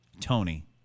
tony